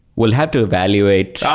we'll have to evaluate ah